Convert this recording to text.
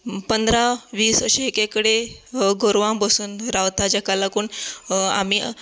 पंदरा वीस अशीं एके कडेन गोरवां बसून रावता जाका लागून आमी